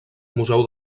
museu